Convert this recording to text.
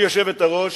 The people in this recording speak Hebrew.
גברתי היושבת-ראש,